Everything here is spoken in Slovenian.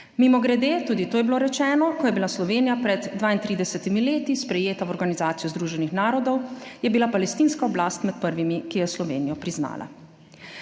Mimogrede, tudi to je bilo rečeno, ko je bila Slovenija pred 32 leti sprejeta v Organizacijo združenih narodov, je bila palestinska oblast med prvimi, ki je Slovenijo priznala.